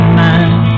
man